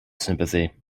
sympathy